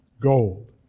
Gold